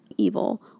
Evil